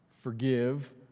forgive